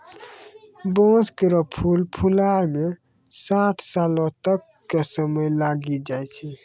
बांस केरो फूल फुलाय म साठ सालो तक क समय लागी जाय छै